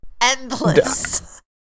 endless